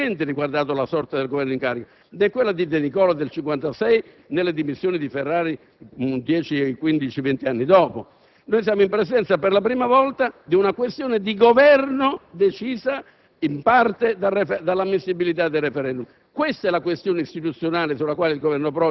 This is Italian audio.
la questione di Governo. Mai le due precedenti dimissioni avevano neanche lontanamente riguardato la sorte del Governo in carica: né le dimissioni di De Nicola nel 1956, né quelle di Ferrari circa 15-20 anni dopo. Siamo in presenza, per la prima volta, di una questione di Governo decisa,